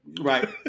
Right